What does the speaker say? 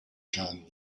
john